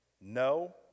No